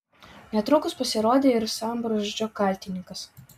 netrukus pasirodė ir sambrūzdžio kaltininkas